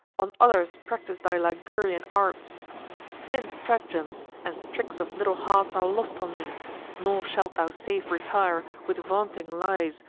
on others practice thy ligurian arts thin stratagems and tricks of little hearts are lost on me nor shalt thou safe retire, with vaunting lies,